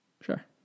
Sure